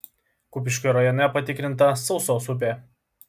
kupiškio rajone patikrinta suosos upė